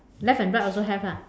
left and right also have ah